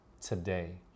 today